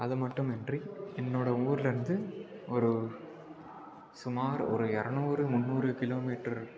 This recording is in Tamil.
அது மட்டுமின்றி என்னோட ஊர்லருந்து ஒரு சுமார் ஒரு இரநூறு முந்நூறு கிலோமீட்டரு